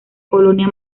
colonia